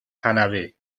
hanafu